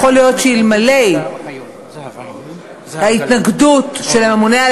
כי יכול להיות שאלמלא ההתנגדות של הממונה על